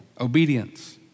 obedience